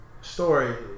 story